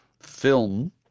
film